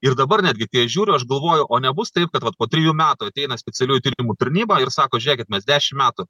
ir dabar netgi kai aš žiūriu aš galvoju o nebus taip kad vat po trijų metų ateina specialiųjų tyrimų tarnyba ir sako žiūrėkit mes dešim metų